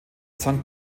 sankt